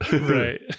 Right